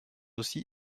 aussi